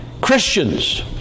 Christians